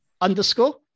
underscore